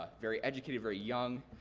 ah very educated, very young.